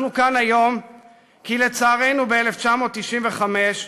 אנחנו כאן היום כי, לצערנו, ב-1995,